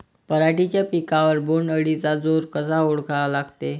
पराटीच्या पिकावर बोण्ड अळीचा जोर कसा ओळखा लागते?